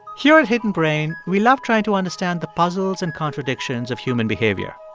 here at hidden brain, we love trying to understand the puzzles and contradictions of human behavior,